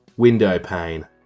Windowpane